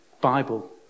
Bible